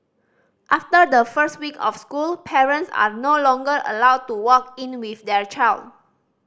after the first week of school parents are no longer allowed to walk in with their child